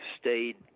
stayed